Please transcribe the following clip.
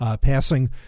passing